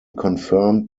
confirmed